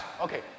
Okay